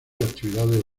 actividades